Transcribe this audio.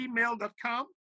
gmail.com